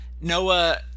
Noah